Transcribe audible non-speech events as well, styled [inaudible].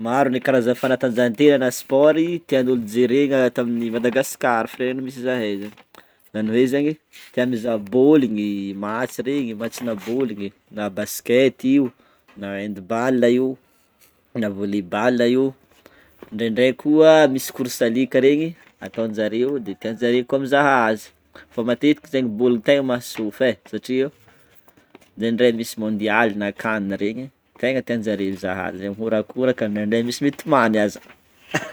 Maro ny karaza fanatanjahan-tena na sport tian'olona jerena at' amin'i Madagasikara firenena misy zahay zegny, zany hoe zegny tia mizaha bôligny, match regny, match-na boligny na Basket io na handball io, na volley-ball io, indraindray koa misy course alika regny ataon'jareo de tian'jareo koa mizaha azy fa matetiky zegny boligna no tegna mahasoa fe satria indraindray misy mondiale na CAN regny tegna tian'jareo mizaha azy zegny mihorakoraka indraindray misy mitomany aza. [laughs]